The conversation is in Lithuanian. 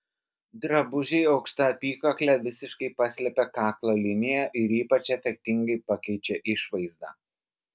drabužiai aukšta apykakle visiškai paslepia kaklo liniją ir ypač efektingai pakeičia išvaizdą